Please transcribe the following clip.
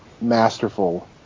Masterful